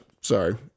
sorry